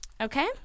Okay